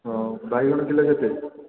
ହଁ ବାଇଗଣ କିଲୋ କେତେ